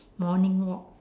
morning walk